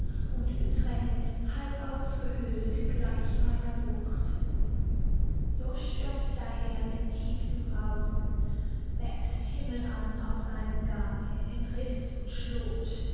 und bedränget halb ausgehöhlt gleich einer bucht so stürmt's daher mit tiefem brausen wächst himmelan auf seinem gang in riß und schlot